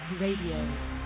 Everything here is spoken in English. Radio